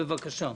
בבקשה.